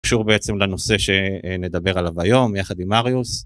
קשור בעצם לנושא שנדבר עליו היום יחד עם מריוס.